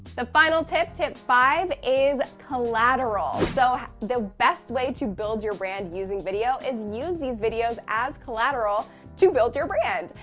the final tip, tip five, is, collateral. so the best way to use your brand using video is, use these videos as collateral to build your brand.